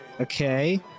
Okay